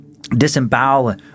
disembowel